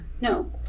No